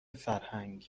فرهنگ